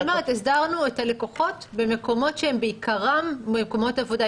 אז אני אומרת: הסדרנו את הלקוחות במקומות שבעיקרם הם מקומות עבודה.